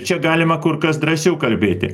čia galima kur kas drąsiau kalbėti